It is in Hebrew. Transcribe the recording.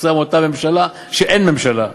כתוצאה מאותה ממשלה, שאין ממשלה.